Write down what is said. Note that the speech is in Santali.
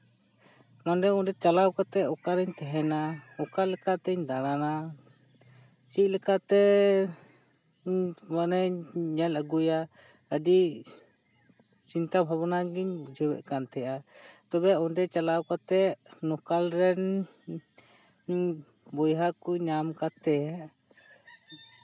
ᱢᱟᱱᱮ ᱚᱸᱰᱮ ᱪᱟᱞᱟᱣ ᱠᱟᱛᱮ ᱚᱠᱟᱨᱤᱧ ᱛᱟᱦᱮᱱᱟ ᱚᱠᱟᱞᱮᱠᱟᱛᱤᱧ ᱫᱟᱬᱟᱱᱟ ᱪᱮᱫᱞᱮᱠᱟᱛᱮ ᱢᱟᱱᱮᱧ ᱧᱮᱞ ᱟᱜᱩᱭᱟ ᱟᱹᱰᱤ ᱪᱤᱱᱛᱟᱹᱼᱵᱷᱟᱵᱱᱟ ᱜᱤᱧ ᱵᱩᱡᱷᱟᱹᱣᱮᱫ ᱠᱟᱱ ᱛᱟᱦᱮᱸᱫᱼᱟ ᱛᱚᱵᱮ ᱚᱸᱰᱮ ᱪᱟᱞᱟᱣ ᱠᱟᱛᱮ ᱞᱳᱠᱟᱞ ᱨᱮᱱ ᱵᱚᱭᱦᱟ ᱠᱚ ᱧᱟᱢ ᱠᱟᱛᱮ